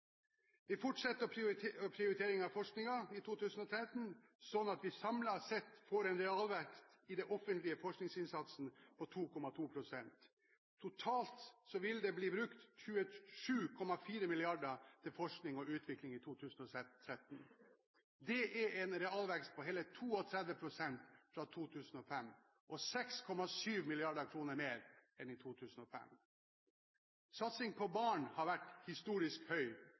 Vi fortsetter prioriteringen av forskningen i 2013, slik at vi samlet sett får en realvekst i den offentlige forskingsinnsatsen på 2,2 pst. Totalt vil det bli brukt 27,4 mrd. kr til forskning og utvikling i 2013. Det er en realvekst på hele 32 pst. fra 2005 og 6,7 mrd. kr mer enn i 2005. Satsingen på barn har vært historisk høy